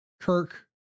Kirk